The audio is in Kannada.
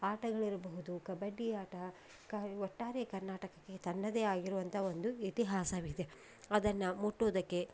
ಆಟಗಳಿರಬಹುದು ಕಬಡ್ಡಿ ಆಟ ಕ ಒಟ್ಟಾರೆ ಕರ್ನಾಟಕಕ್ಕೆ ತನ್ನದೇ ಆಗಿರುವಂಥ ಒಂದು ಇತಿಹಾಸವಿದೆ ಅದನ್ನು ಮುಟ್ಟುವುದಕ್ಕೆ